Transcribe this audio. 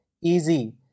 easy